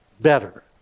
better